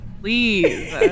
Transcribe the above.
please